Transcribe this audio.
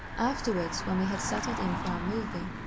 afterwards, when we had settled in for our movie,